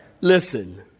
Listen